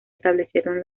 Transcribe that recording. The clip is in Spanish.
establecieron